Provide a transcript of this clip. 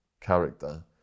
character